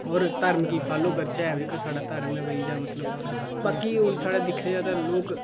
होर धर्म गी फाॅलो करचै जेह्का साढ़ा धर्म ऐ भई जां मतलब बाकी होर साढ़े दिक्खेआ जा तां लोक